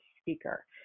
speaker